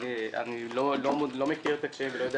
אבל אני לא מכיר את הקשיים ולא יודע